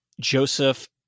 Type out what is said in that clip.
joseph